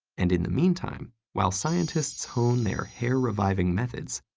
and in the meantime, while scientists hone their hair-reviving methods,